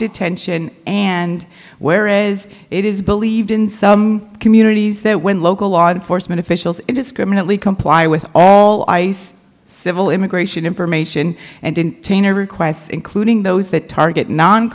detention and whereas it is believed in some communities that when local law enforcement officials indiscriminately comply with all ice civil immigration information and in requests including those that target non